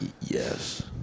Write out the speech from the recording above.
Yes